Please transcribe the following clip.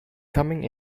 coming